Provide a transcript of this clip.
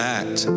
act